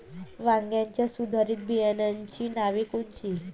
वांग्याच्या सुधारित बियाणांची नावे कोनची?